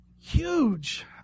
huge